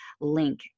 link